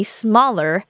smaller